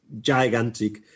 gigantic